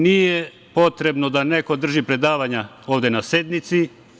Nije potrebno da neko drži predavanja ovde na sednici.